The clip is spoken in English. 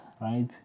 right